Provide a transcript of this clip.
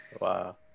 Wow